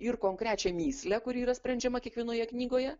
ir konkrečią mįslę kuri yra sprendžiama kiekvienoje knygoje